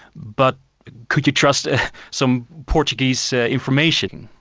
but could you trust ah some portuguese so information?